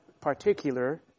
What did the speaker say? particular